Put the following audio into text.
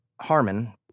Harmon